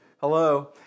Hello